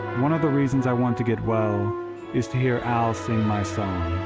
one of the reasons i want to get well is to hear al sing my song.